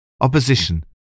Opposition